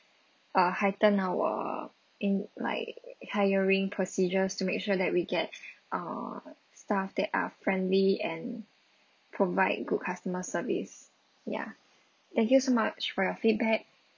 uh heighten our in like hiring procedures to make sure that we get err staff that are friendly and provide good customer service ya thank you so much for your feedback